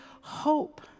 hope